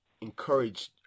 encourage